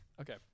Okay